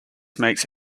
makes